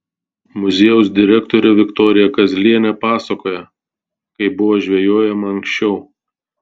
muziejaus direktorė viktorija kazlienė pasakoja kaip buvo žvejojama anksčiau